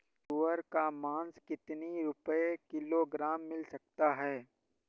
सुअर का मांस कितनी रुपय किलोग्राम मिल सकता है?